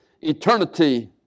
eternity